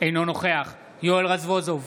אינו נוכח יואל רזבוזוב,